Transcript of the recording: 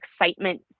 excitement